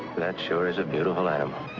that sure is a beautiful animal.